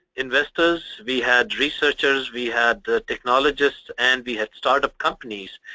investors, we had researchers, we had technologists and we had startup companies.